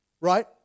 Right